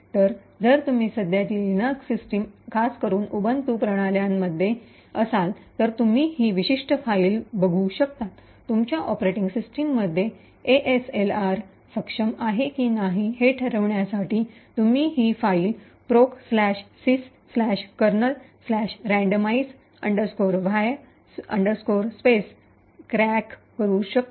तर जर तुम्ही सध्याची लिनक्स सिस्टम खासकरुन उबंटू प्रणाल्यांमध्ये असाल तर तुम्ही ही विशिष्ट फाईल बघू शकता तुमच्या ऑपरेटिंग सिस्टममध्ये एएसएलआर सक्षम आहे की नाही हे ठरवण्यासाठी तुम्ही ही फाइल प्रोक सिस् कर्नल यादृच्छिक va space procsyskernelrandomize va space crack करू शकता